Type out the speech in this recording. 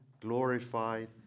glorified